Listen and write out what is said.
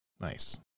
Nice